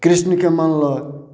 कृष्णके मानलक